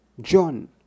John